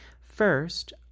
First